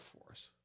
force